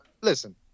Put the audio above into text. listen